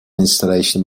installation